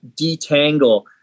detangle